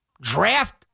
draft